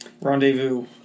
Rendezvous